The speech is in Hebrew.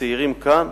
לצעירים כאן